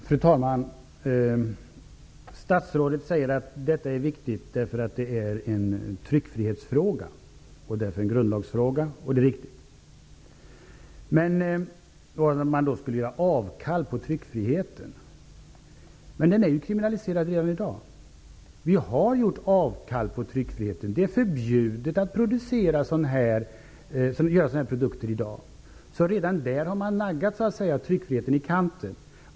Fru talman! Statsrådet säger att detta är viktigt därför att det är en tryckfrihetsfråga och därmed en grundlagsfråga, och det är riktigt. En kriminalisering av innehav skulle innebära att man gör avkall på tryckfriheten. Men barnpornografi är kriminaliserad redan i dag. Vi har alltså redan gjort avkall på tryckfriheten. Det är i dag förbjudet att producera sådana här alster. Man har därmed redan naggat tryckfriheten i kanten.